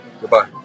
Goodbye